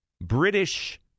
British